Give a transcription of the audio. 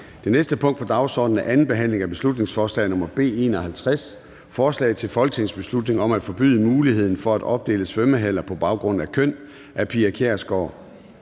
Det næste punkt på dagsordenen er: 26) 2. (sidste) behandling af beslutningsforslag nr. B 51: Forslag til folketingsbeslutning om at forbyde muligheden for at opdele svømmehaller på baggrund af køn. Af Pia Kjærsgaard